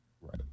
right